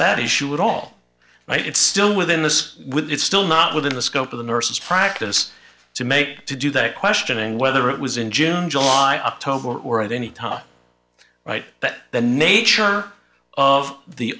that issue at all right it's still within this with it's still not within the scope of the nurse's practice to make to do that questioning whether it was in june july up to over or at any time right that the nature of the